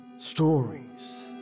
Stories